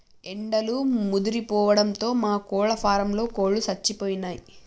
ఎండలు ముదిరిపోవడంతో మా కోళ్ళ ఫారంలో కోళ్ళు సచ్చిపోయినయ్